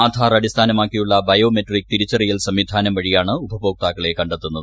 ആധാർ അടിസ്ഥാനമാക്കിയുള്ള ബയോമെട്രിക് തിരിച്ചറിയൽ സംവിധാനം വഴിയാണ് ഉപഭോക്താക്കളെ കണ്ടെത്തുന്നത്